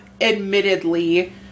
admittedly